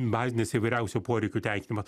bazinis įvairiausių poreikių tenkinimas